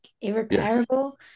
irreparable